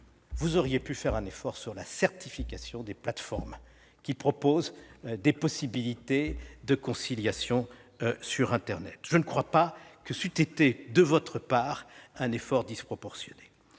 vous auriez pu faire un effort sur la certification des plateformes proposant des possibilités de conciliation sur internet. Ce n'eût pas été de votre part un effort disproportionné